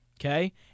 okay